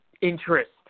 interest